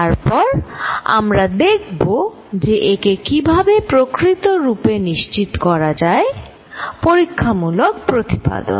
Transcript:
তারপর আমরা দেখব যে একে কিভাবে প্রকৃত রূপে নিশ্চিত করা যায় পরীক্ষামূলক প্রতিপাদন